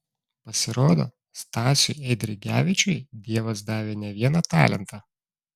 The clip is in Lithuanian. pasirodo stasiui eidrigevičiui dievas davė ne vieną talentą